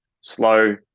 slow